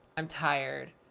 i'm tired,